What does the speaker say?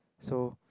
so